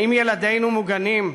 האם ילדינו מוגנים?